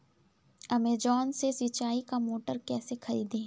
Amazon से सिंचाई का मोटर कैसे खरीदें?